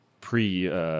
pre-